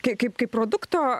kaip kaip kaip produkto